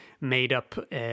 made-up